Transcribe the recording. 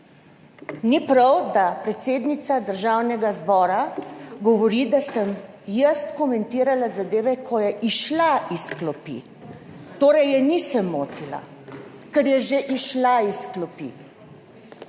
Ni prav, da predsednica Državnega zbora govori, da sem jaz komentirala zadeve, ko je izšla iz klopi, torej je nisem motila, ker je že izšla iz klopi.